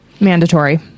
Mandatory